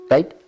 Right